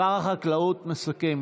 שר החקלאות מסכם.